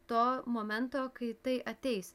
to momento kai tai ateis